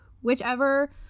whichever